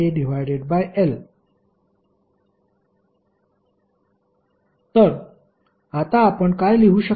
LN2μAl तर आता आपण काय लिहू शकतो